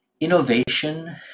innovation